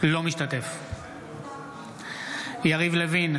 אינו משתתף בהצבעה יריב לוין,